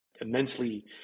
immensely